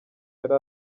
yari